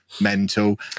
mental